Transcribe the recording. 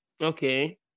Okay